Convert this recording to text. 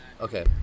Okay